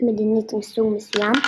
מדינית מסוג מסוים,